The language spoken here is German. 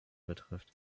betrifft